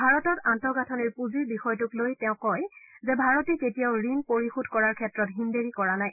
ভাৰতত আন্তঃগাঁথনিৰ পুঁজিৰ বিষয়টোক লৈ তেওঁ কয় যে ভাৰতে কেতিয়াও ঋণ পৰিশোধ কৰাৰ ক্ষেত্ৰত হীনদেৰী কৰা নাই